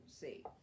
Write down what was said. see